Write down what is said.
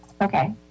okay